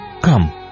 Come